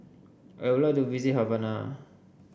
I would like to visit Havana